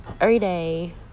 everyday